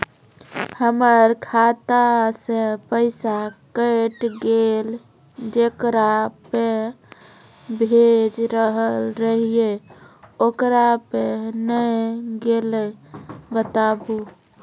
हमर खाता से पैसा कैट गेल जेकरा पे भेज रहल रहियै ओकरा पे नैय गेलै बताबू?